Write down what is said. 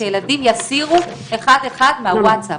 שילדים יסירו אחד אחד מן הוואטסאפ.